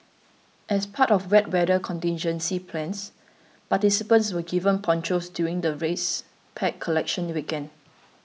as part of wet weather contingency plans participants were given ponchos during the race pack collection weekend